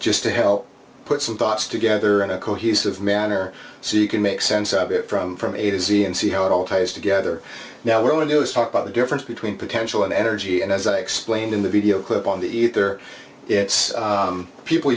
just to help put some thoughts together in a cohesive manner so you can make sense of it from from a to z and see how it all ties together now we're going to talk about the difference between potential and energy and as i explained in the video clip on the either it's people